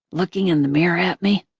looking in the mirror at me.